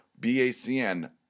BACN